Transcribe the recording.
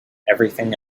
everything